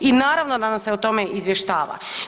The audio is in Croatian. I naravno da nas se o tome izvještava.